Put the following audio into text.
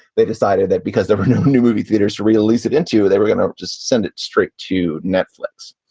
they decided that because there were no new movie theaters to release it into. they were going to just send it straight to netflix.